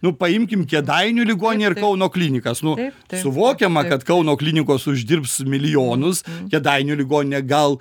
nu paimkim kėdainių ligoninę ir kauno klinikas nu suvokiama kad kauno klinikos uždirbs milijonus kėdainių ligoninė gal